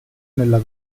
nella